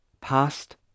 past